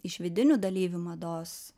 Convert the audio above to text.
iš vidinių dalyvių mados